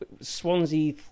Swansea